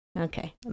Okay